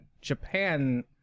Japan